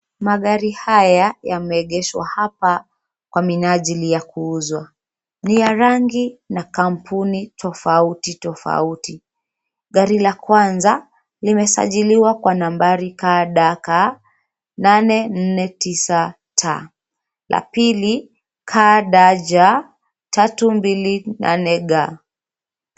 Magari haya yameengeshwa hapa kwa minajili ya kuuzwa. Ni ya rangi na kampuni tofauti tofauti. Gari la kwanza limesajiliwa kwa nambari KDK 849T,la pili KDJ 328G.